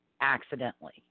Accidentally